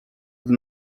gdy